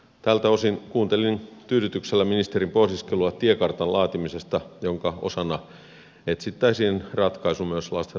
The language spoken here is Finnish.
tältä osin kuuntelin tyydytyksellä ministerin pohdiskelua tiekartasta jonka laatimisen osana etsittäisiin ratkaisu myös lastentarhanopettajien koulutuskysymykseen